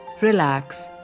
relax